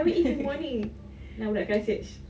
now pula kena surge